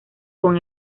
con